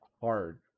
hard